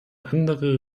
andere